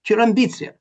čia yra ambicija